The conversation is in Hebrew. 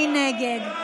מי נגד?